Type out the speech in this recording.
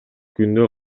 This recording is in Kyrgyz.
күндү